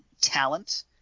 talent